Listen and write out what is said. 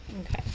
okay